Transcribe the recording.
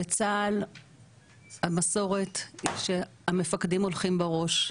בצה"ל המסורת היא שהמפקדים הולכים בראש,